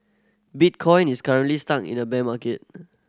bitcoin is currently stuck in a bear market